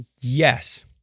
Yes